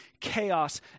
chaos